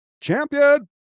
champion